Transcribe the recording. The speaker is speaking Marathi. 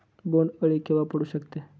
बोंड अळी केव्हा पडू शकते?